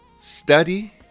study